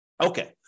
Okay